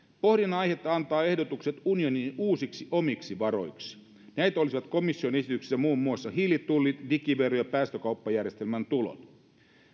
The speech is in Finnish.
pohdinnan aihetta antavat ehdotukset unionin uusiksi omiksi varoiksi näitä olisivat komission esityksessä muun muassa hiilitullit digivero ja päästökauppajärjestelmän tulot